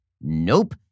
Nope